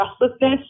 restlessness